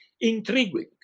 intriguing